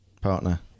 partner